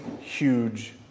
huge